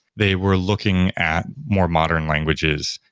they were looking at more modern languages.